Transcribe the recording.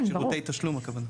שירותי תשלום הכוונה?